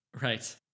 Right